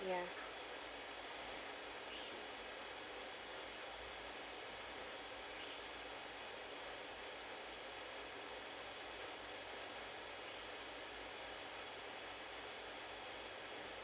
ya